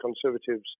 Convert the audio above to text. Conservatives